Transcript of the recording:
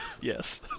Yes